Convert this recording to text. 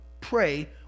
pray